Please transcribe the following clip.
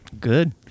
Good